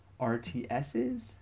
rts's